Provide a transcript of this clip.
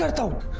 ah told